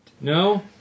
No